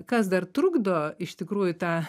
kas dar trukdo iš tikrųjų tą